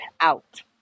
out